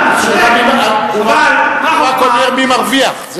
השאלה היא, אחרי הכול, מי מרוויח.